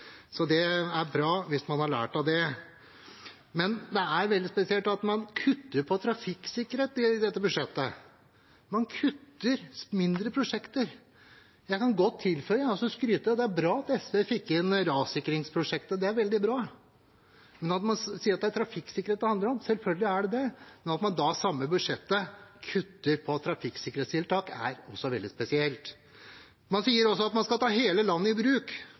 Så det er bra hvis man har lært av det. Men det er veldig spesielt at man kutter i trafikksikkerhet i dette budsjettet. Man kutter i mindre prosjekter. Jeg kan godt tilføye – altså skryte av – at det er bra at SV fikk inn rassikringsprosjektet; det er veldig bra. Så sier man at det er trafikksikkerhet det handler om, og selvfølgelig er det det, men at man da i det samme budsjettet kutter i trafikksikkerhetstiltak, er også veldig spesielt. Man sier også at man skal ta hele landet i bruk.